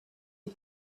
you